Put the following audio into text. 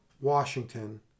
Washington